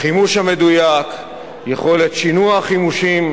החימוש המדויק, יכולת שינוע החימושים,